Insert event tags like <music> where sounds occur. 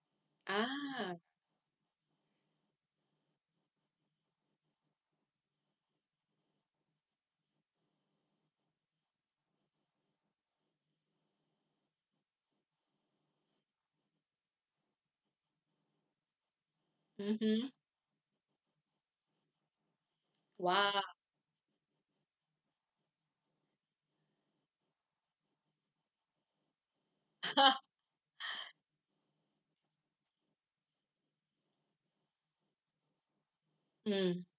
ah mmhmm !wow! <laughs> mm